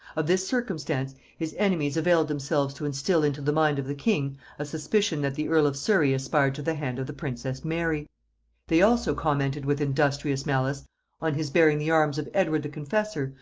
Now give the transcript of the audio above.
of this circumstance his enemies availed themselves to instil into the mind of the king a suspicion that the earl of surry aspired to the hand of the princess mary they also commented with industrious malice on his bearing the arms of edward the confessor,